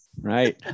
Right